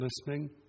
listening